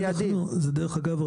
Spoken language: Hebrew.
דרך אגב,